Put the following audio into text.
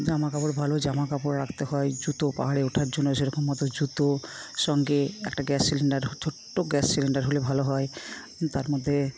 জামা কাপড় ভালো জামা কাপড় রাখতে হয় জুতো পাহাড়ে ওঠার জন্য সেরকম মতো জুতো সঙ্গে একটা গ্যাস সিলিন্ডার ছোট্ট গ্যাস সিলিন্ডার হলে ভালো হয় তার মধ্যে